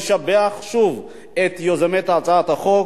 אני רק רוצה לשבח שוב את יוזמת הצעת החוק,